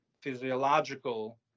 physiological